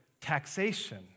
taxation